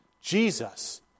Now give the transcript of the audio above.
Jesus